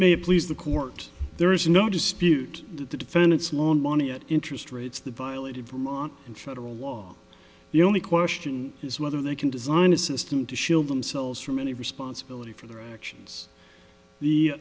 it please the court there is no dispute that the defendants loaned money at interest rates that violated vermont and federal law the only question is whether they can design a system to shield themselves from any responsibility for their actions the